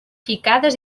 picades